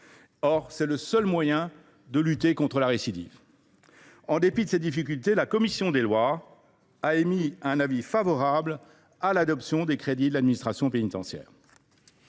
pourtant le seul moyen de lutter contre la récidive. En dépit de ces difficultés, la commission des lois a émis un avis favorable à l’adoption des crédits du programme 107 « Administration pénitentiaire